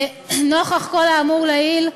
נוכח כל האמור לעיל,